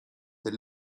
they